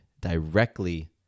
directly